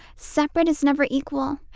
separate is never equal.